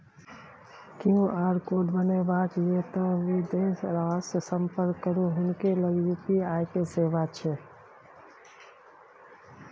QR code बनेबाक यै तए बिदेसरासँ संपर्क करू हुनके लग यू.पी.आई के सेवा छै